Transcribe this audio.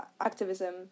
activism